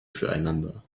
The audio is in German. füreinander